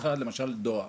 למשל, דואר